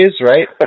right